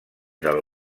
del